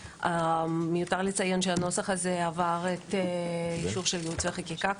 מיותר לציין שהנוסח הזה עבר את האישור של ייעוץ וחקיקה,